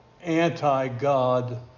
anti-God